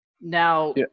now